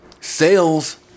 sales